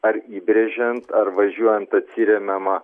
ar įbrėžiant ar važiuojant atsiremiama